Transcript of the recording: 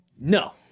no